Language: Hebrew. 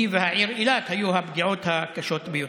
היא והעיר אילת היו הפגיעות הקשות ביותר.